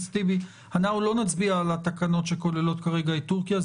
אנחנו לא נצביע על התקנות שכוללות כרגע את טורקיה,